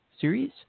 series